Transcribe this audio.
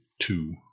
two